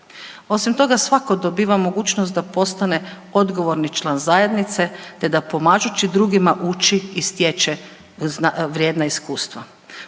Osim toga svako dobiva mogućnost da postane odgovorni član zajednice te da pomažući drugima uči i stječe vrijedna iskustva.